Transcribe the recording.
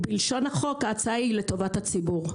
בלשון החוק ההצעה היא לטובת הציבור.